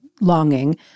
longing